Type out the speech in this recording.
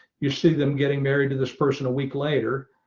you see them getting married to this person. a week later,